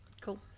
Cool